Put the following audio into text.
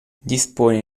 dispone